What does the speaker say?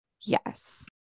Yes